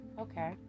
Okay